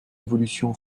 évolution